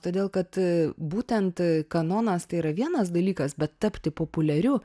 todėl kad a būtent a kanonas tai yra vienas dalykas bet tapti populiariu